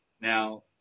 Now